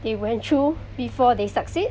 they went through before they succeed